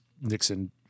Nixon